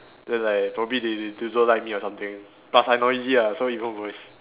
then like probably they they don't like me or something plus I noisy ah so even worse